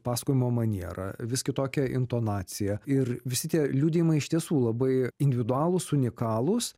pasakojimo maniera vis kitokia intonacija ir visi tie liudijimai iš tiesų labai individualūs unikalūs